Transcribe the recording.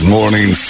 Morning